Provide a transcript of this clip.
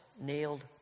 nailed